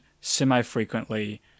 semi-frequently